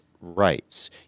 rights